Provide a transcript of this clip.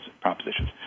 propositions